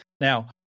Now